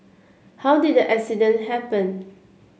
how did the accident happen